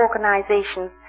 organizations